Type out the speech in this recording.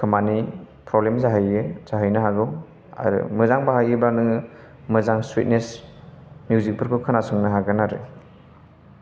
खोमानि प्रब्लेम जाहैनो हागौ आरो मोजां बाहायोबा नोङो मोजां सुइटनेस मिउजिक फोरखौ खोनासंनो हागोन आरो